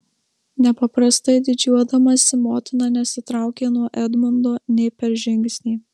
nepaprastai didžiuodamasi motina nesitraukė nuo edmundo nė per žingsnį